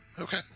Okay